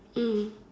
mm